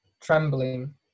trembling